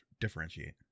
Differentiate